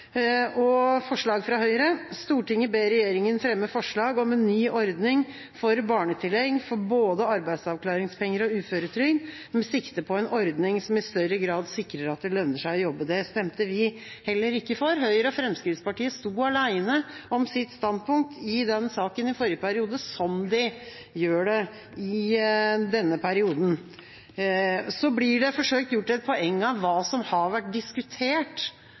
fremme forslag om en ny ordning for barnetillegg for både arbeidsavklaringspenger og uføretrygd, med sikte på en ordning som i større grad sikrer at det lønner seg å jobbe.» Det stemte vi heller ikke for. Høyre og Fremskrittspartiet sto alene om sitt standpunkt i den saken i forrige periode – som de gjør det i denne perioden. Så blir det forsøkt gjort et poeng av hva som har vært diskutert.